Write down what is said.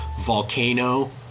Volcano